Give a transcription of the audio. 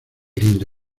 linda